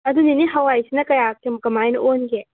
ꯑꯗꯣ ꯅꯦꯅꯦ ꯍꯋꯥꯏꯁꯤꯅ ꯀꯌꯥ ꯀꯃꯥꯏꯅ ꯑꯣꯟꯒꯦ